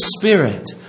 Spirit